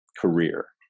career